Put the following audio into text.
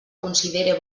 considere